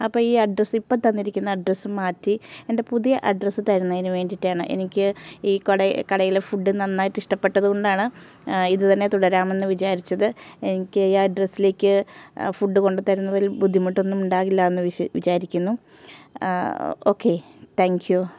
അപ്പം ഈ അഡ്രസ്സ് ഇപ്പം തന്നിരിക്കുന്ന അഡ്രസ്സു മാറ്റി എൻ്റെ പുതിയ അഡ്രസ്സ് തരുന്നതിനു വേണ്ടിയിട്ടാണ് എനിക്ക് ഈ കട കടയിലെ ഫുഡ് നന്നായി ഇഷ്ടപ്പെട്ടതുകൊണ്ടാണ് ഇത് തന്നെ തുടരാമെന്ന് വിചാരിച്ചത് എനിക്ക് ഈ ആഡ്രസ്സിലേക്ക് ഫുഡ് കൊണ്ട് തരുന്നതിൽ ബുദ്ധിമുട്ടൊന്നും ഉണ്ടാകില്ല എന്ന് വി വിചാരിക്കുന്നു ഓക്കെ താങ്ക്യൂ